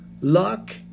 Luck